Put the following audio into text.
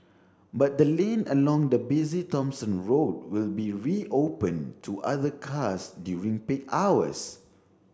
but the lane along the busy Thomson Road will be reopened to other cars during peak hours